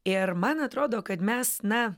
ir man atrodo kad mes na